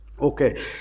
Okay